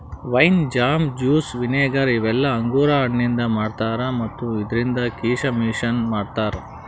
wine, jam, juice, vinegar ಇವೆಲ್ಲ ಅಂಗುರ್ ಹಣ್ಣಿಂದ್ ಮಾಡ್ತಾರಾ ಮತ್ತ್ ಇದ್ರಿಂದ್ ಕೀಶಮಿಶನು ಮಾಡ್ತಾರಾ